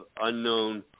unknown